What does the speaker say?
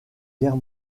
guerre